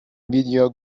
nvidia